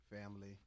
family